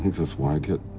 that's why i get